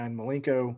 Malenko